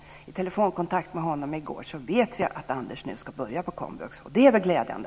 Efter telefonkontakt med Anders i går vet vi att Anders nu ska börja på komvux, och det är väl glädjande!